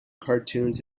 cartoons